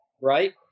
right